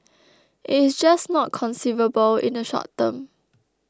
it is just not conceivable in the short term